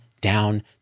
down